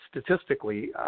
statistically